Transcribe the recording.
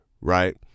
Right